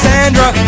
Sandra